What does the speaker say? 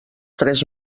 tres